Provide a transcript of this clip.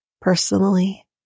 personally